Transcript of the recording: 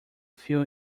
fill